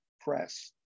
Press